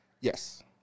Yes